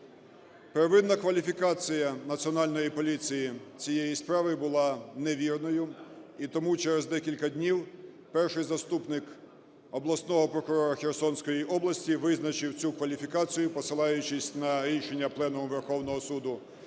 Первинна кваліфікація Національної поліції цієї справи була невірною. І тому через декілька днів перший заступник обласного прокурора Херсонської області визначив цю кваліфікацію, посилаючись на рішення Пленуму Верховного Суду